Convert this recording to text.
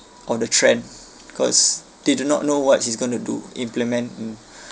on the trend cause they do not know what he's going to do implement in